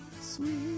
Sweet